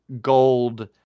gold